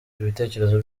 ibitekerezo